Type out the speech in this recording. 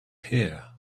here